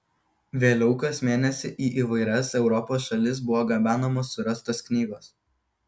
vėliau kas mėnesį į įvairias europos šalis buvo gabenamos surastos knygos